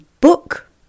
book